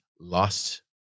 lost